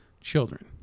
children